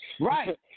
Right